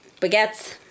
baguettes